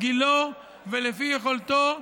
גילו ולפי יכולתו,